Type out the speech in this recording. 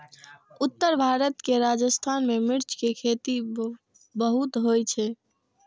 उत्तर भारत के राजस्थान मे मिर्च के खेती बहुत होइ छै